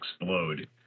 explode